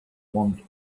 want